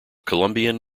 colombian